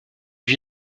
vie